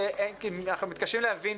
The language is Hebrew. ואנחנו מתקשים להבין